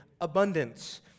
abundance